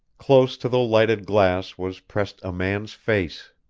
close to the lighted glass was pressed a man's face.